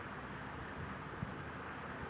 फसल चरण क्यों उपयोगी है?